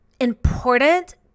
important